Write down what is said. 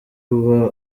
uba